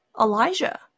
Elijah